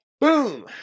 Boom